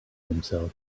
himself